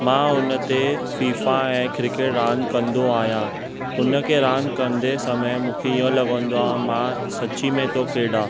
मां हुन ते फिफा ऐं क्रिकेट रांधि कंदो आहियां उन खे रांधि कंदे समय मूंखे इहो लॻंदो आहे मां सची में थो खेॾा